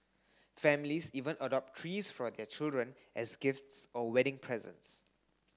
families even adopt trees for their children as gifts or wedding presents